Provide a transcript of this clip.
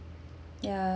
ya